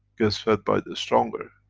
gets fed by the stronger.